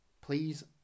Please